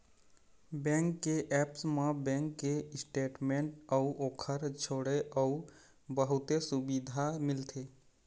bank के apps म bank के स्टेटमेंट अउ ओखर छोड़े अउ बहुते सुबिधा मिलथे